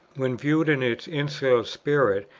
when viewed in its insular spirit,